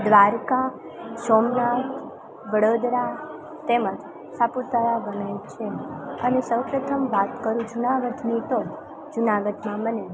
દ્વારકા સોમનાથ વડોદરા તેમજ સાપુતારા ગમે છે અને સૌ પ્રથમ વાત કરું જૂનાગઢની તો જૂનાગઢમાં મને